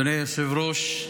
אדוני היושב-ראש,